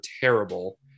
terrible